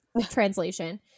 Translation